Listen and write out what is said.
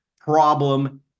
problem